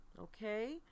okay